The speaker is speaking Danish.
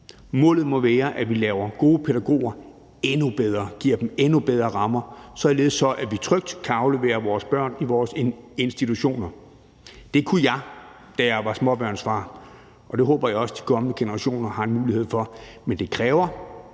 Målet må være, at vi gør gode pædagoger endnu bedre og giver dem endnu bedre rammer, således at vi trygt kan aflevere vores børn i vores institutioner. Det kunne jeg, da jeg var småbørnsfar, og det håber jeg også de kommende generationer har en mulighed for. Men det kræver,